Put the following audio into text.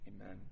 Amen